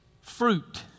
fruit